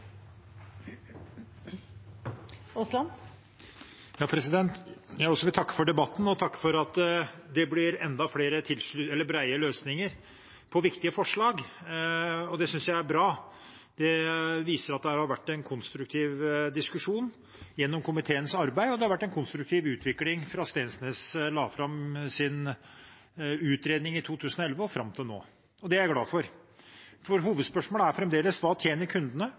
Jeg vil også takke for debatten og for at det blir enda flere brede løsninger på viktige forslag. Det synes jeg er bra. Det viser at det har vært en konstruktiv diskusjon gjennom komiteens arbeid, og det har vært en konstruktiv utvikling fra Steensnæs la fram sin utredning i 2011 og fram til nå. Det er jeg glad for, for hovedspørsmålene er fremdeles: Hva tjener kundene,